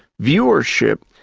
viewership,